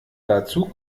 dazu